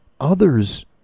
others